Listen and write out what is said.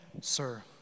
sir